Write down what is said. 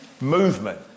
movement